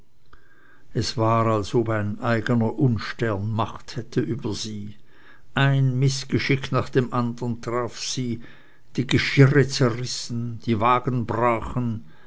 es war als ob ein eigener unstern macht hätte über sie ein mißgeschick nach dem andern traf sie die geschirre zerrissen die wagen brachen